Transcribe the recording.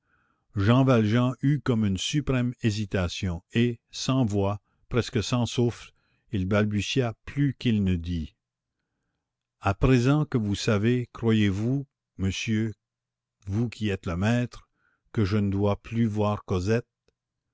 jean valjean eut comme une suprême hésitation et sans voix presque sans souffle il balbutia plus qu'il ne dit à présent que vous savez croyez-vous monsieur vous qui êtes le maître que je ne dois plus voir cosette